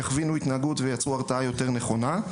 יכווינו התנהגות וייצרו הרתעה יותר נכונה.